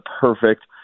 perfect